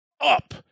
up